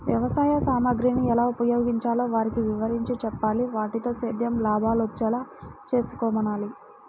వ్యవసాయ సామగ్రిని ఎలా ఉపయోగించాలో వారికి వివరించి చెప్పాలి, వాటితో సేద్యంలో లాభాలొచ్చేలా చేసుకోమనాలి